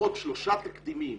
לפחות שלושה תקדימים